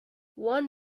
one